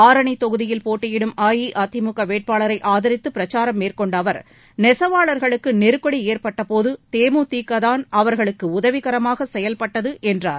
ஆரணி தொகுதியில் போட்டியிடும் அஇஅதிமுக வேட்பாளரை ஆதரித்து பிரச்சாரம் மேற்கொண்ட அவர் நெசவாளர்களுக்கு நெருக்கடி ஏற்பட்டபோது தே மு தி க தான் அவர்களுக்கு உதவிகரமாக செயல்பட்டது என்றார்